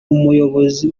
umuyobozi